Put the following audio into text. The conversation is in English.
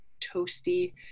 toasty